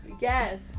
Yes